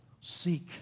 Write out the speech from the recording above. seek